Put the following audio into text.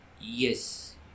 yes